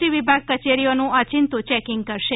T વિભાગ કચેરીઓનું ઓચિંતું ચેકિંગ કરશે